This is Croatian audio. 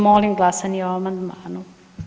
Molim glasanje o amandmanu.